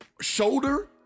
shoulder